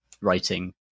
writing